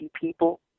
people